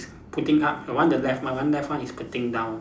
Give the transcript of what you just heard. putting up my one the left my one left one is putting down